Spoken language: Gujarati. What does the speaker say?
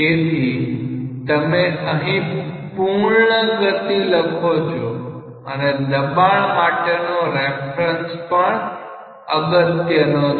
તેથી તમે અહી પૂર્ણ ગતિ લખો છે અને દબાણ માટે નો રેફરન્સ પણ અગત્યની છે